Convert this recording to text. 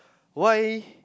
why